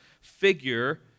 figure